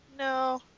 No